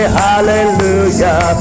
hallelujah